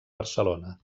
barcelona